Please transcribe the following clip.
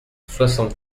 soixante